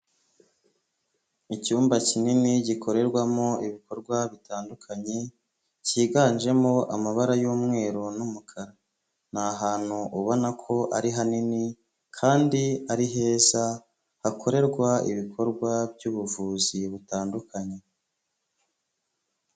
Icyumba kinini gikorerwamo ibikorwa bitandukanye kiganjemo amabara y'umweru n'umukara ni ahantu ubona ko ari hanini kandi ari heza hakorerwa ibikorwa by'ubuvuzi butandukanye.